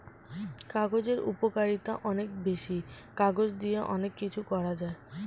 কাগজের উপকারিতা অনেক বেশি, কাগজ দিয়ে অনেক কিছু করা যায়